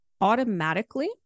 automatically